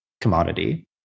commodity